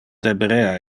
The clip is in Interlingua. deberea